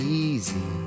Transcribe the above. easy